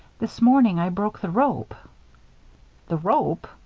this morning i broke the rope the rope!